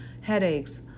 headaches